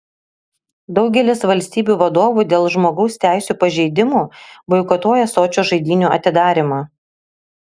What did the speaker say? daugelis valstybių vadovų dėl žmogaus teisių pažeidimų boikotuoja sočio žaidynių atidarymą